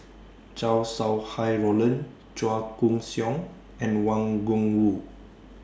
Chow Sau Hai Roland Chua Koon Siong and Wang Gungwu